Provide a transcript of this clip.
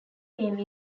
name